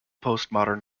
postmodern